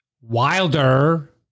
Wilder